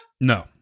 No